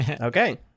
Okay